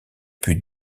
put